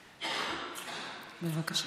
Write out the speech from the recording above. בבקשה.